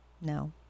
No